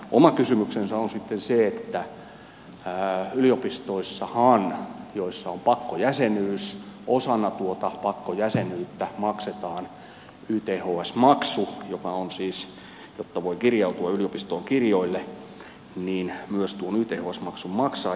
oma kysymyksensä on sitten se että yliopistoissahan joissa on pakkojäsenyys osana tuota pakkojäsenyyttä maksetaan yths maksu ja jotta voi kirjautua yliopistoon kirjoille niin myös tuon yths maksun maksaa